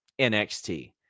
NXT